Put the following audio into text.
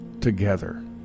together